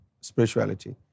spirituality